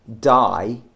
die